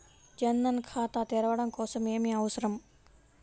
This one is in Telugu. జన్ ధన్ ఖాతా తెరవడం కోసం ఏమి అవసరం?